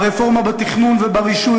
הרפורמה בתכנון וברישוי,